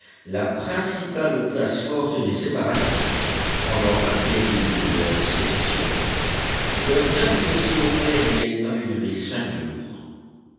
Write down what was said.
la principale place forte des séparatistes pendant la terrible guerre de sécession leur navigation aérienne avait duré cinq jours